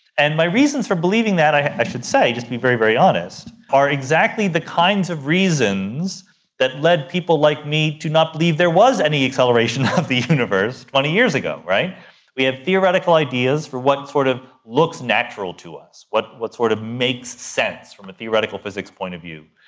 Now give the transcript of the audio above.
and my reasons for believing that, i should say, just to be very, very honest, are exactly the kinds of reasons that led people like me to not believe there was any acceleration of the universe twenty years ago. we have theoretical ideas for what sort of looks natural to us, what what sort of makes sense from a theoretical physics point of view.